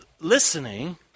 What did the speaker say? listening